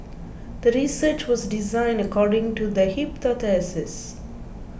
the research was designed according to the hypothesis